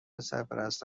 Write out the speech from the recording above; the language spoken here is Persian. سرپرست